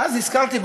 ואז נזכרתי,